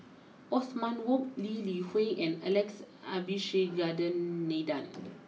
Othman Wok Lee Li Hui and Alex Abisheganaden